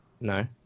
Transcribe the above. No